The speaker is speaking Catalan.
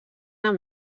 amb